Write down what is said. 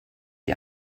ihr